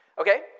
Okay